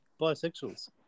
Bisexuals